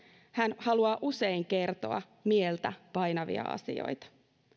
hän haluaa usein kertoa mieltä painavia asioita